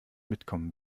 mitkommen